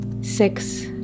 Six